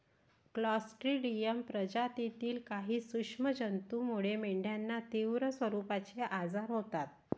Clostridium प्रजातीतील काही सूक्ष्म जंतूमुळे मेंढ्यांना तीव्र स्वरूपाचे आजार होतात